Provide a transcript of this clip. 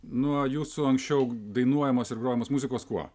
nuo jūsų anksčiau dainuojamos ir grojamos muzikos kuo